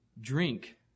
drink